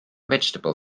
vegetable